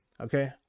Okay